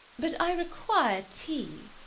but i require tea!